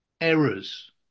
errors